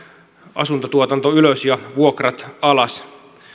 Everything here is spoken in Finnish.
asuntotuotanto ylös ja vuokrat alas